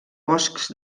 boscs